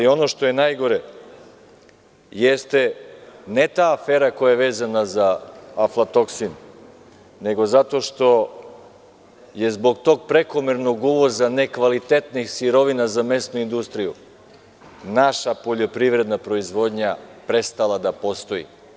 Ono što je najgore jeste, ne ta afera koja je vezana za aflatoksin, nego zato što je zbog tog prekomernog uvoza nekvalitetnih sirovina za mesnu industriju, naša poljoprivredna proizvodnja prestala da postoji.